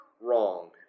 wrong